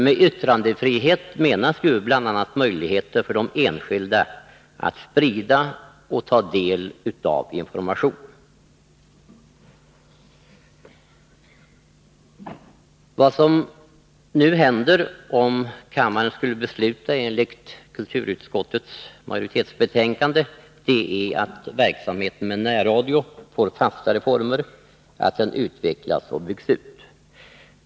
Med yttrandefrihet menas ju bl.a. möjligheter för enskilda att sprida och ta del av information. Vad som nu händer, om kammaren skulle besluta enligt kulturutskottets majoritetsbetänkande, är att verksamheten med närradio får fastare former och att den utvecklas och byggs ut.